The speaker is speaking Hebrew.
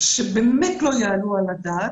שבאמת לא יעלו על הדעת,